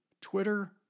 Twitter